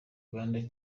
uganda